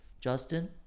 Justin